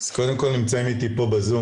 אז קודם כל נמצאים איתי פה בזום,